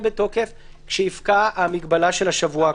בתוקף כשתפקע המגבלה של השבוע הקרוב.